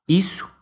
Isso